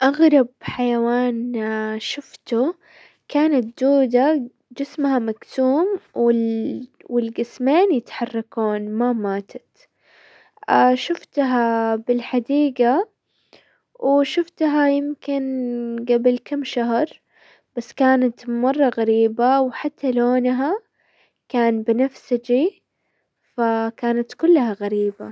اغرب حيوان شفته كانت دودة جسمها مقسوم والقسمين يتحركون ما ماتت، شفتها بالحديقة، وشفتها يمكن قبل كم شهر بس كانت مرة غريبة، وحتى لونها كان بنفسجي، فكانت كلها غريبة.